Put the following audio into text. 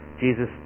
Jesus